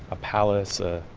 a palace, a